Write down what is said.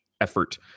Effort